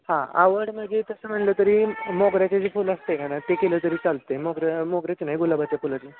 हां आवड म्हणजे तसं म्हणलं तरी मोगऱ्याचे जे फूल असतं आहे का नाही ते केलं तरी चालतं आहे मोगऱ्या मोगऱ्याचं नाही गुलाबाच्या फुलाचं